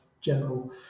general